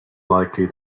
likely